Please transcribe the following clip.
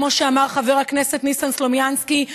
כמו שאמר חבר הכנסת ניסן סלומינסקי,